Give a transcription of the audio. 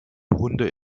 hunde